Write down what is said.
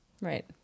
Right